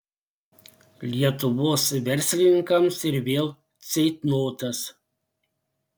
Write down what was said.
lietuvos verslininkams ir vėl ceitnotas